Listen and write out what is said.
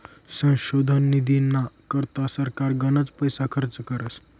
संशोधन निधीना करता सरकार गनच पैसा खर्च करस